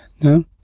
No